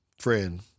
friend